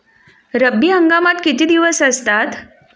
रब्बी हंगामात किती दिवस असतात?